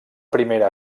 primera